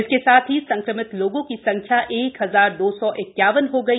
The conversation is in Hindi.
इसके साथ ही संक्रमित लोगों की संख्या एक हजार दो सौ इक्यावन हो गई